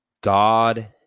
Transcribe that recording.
God